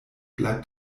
bleibt